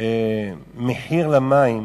מחיר למים,